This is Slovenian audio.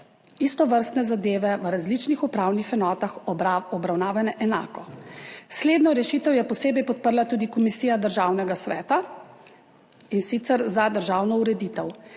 istovrstne zadeve v različnih upravnih enotah obravnavane enako. Slednjo rešitev je posebej podprla tudi Komisija Državnega sveta, in sicer, za državno ureditev.